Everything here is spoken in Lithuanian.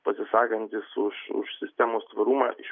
pasisakantis už už sistemos tvarumą iš